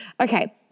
okay